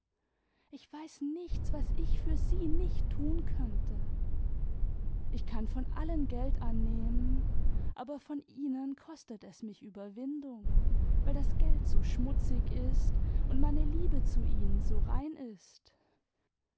ich weiß nichts was ich für sie nicht tun könnte ich kaan von allen geld annehmen aber von ihnen kostet es mich überwindung weil das geld so schmutzig ist und meine liebe zu ihnen so rein ist